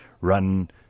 run